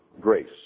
grace